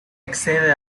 accede